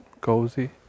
cozy